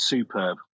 Superb